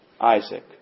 Isaac